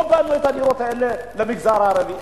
לא בנו את הדירות האלה למגזר הערבי,